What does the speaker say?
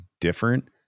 different